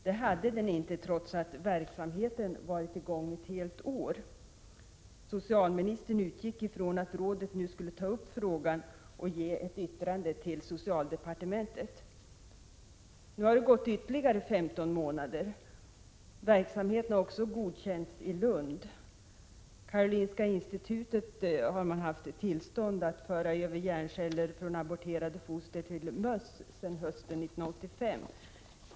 Det hade den inte trots att verksamheten varit i gång ett helt år. Socialministern utgick från att rådet nu skulle ta upp frågan och avge ett yttrande till socialdepartementet. Nu har det gått ytterligare 15 månader. Verksamheten har godkänts också i Lund. Vid Karolinska institutet har man haft tillstånd att föra över hjärnceller från aborterade foster till möss sedan hösten 1985.